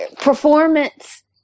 performance